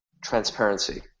Transparency